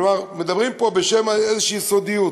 כלומר, מדברים פה בשם איזושהי סודיות.